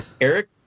Eric